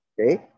Okay